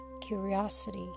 curiosity